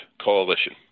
Coalition